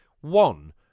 one